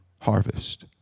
harvest